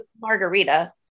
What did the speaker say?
margarita